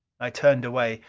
i turned away,